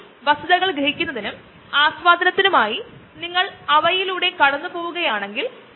നമ്മൾ ഇവിടെ കാണുകയാണെങ്കിൽ ഇത് മോണോക്ലോണൽ ആന്റിബോഡിയെ സൂചിപ്പിക്കുന്ന MAb ൽ അവസാനിക്കുന്നു കൂടാതെ ഓരോന്നും ചിലതരം ക്യാൻസറുകൾക്കെതിരെ ഫലപ്രദമാണ്